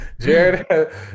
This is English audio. Jared